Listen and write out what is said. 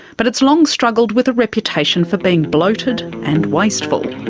but it's long struggled with a reputation for being bloated and wasteful,